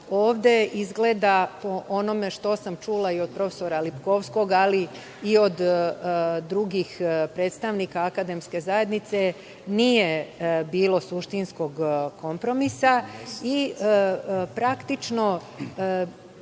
ovde izgleda po onome što sam čula i od profesora Lipkovskog, ali i od drugih predstavnika akademske zajednice, nije bilo suštinskog kompromisa. Praktično,